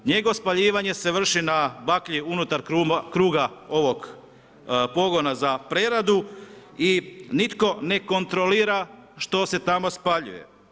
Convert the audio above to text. Njegovo spaljivanje se vrši na baklju unutar kruga ovog pogona za preradu i nitko ne kontrolira što se tamo spaljuje.